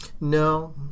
No